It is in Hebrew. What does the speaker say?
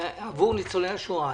עבור ניצולי השואה.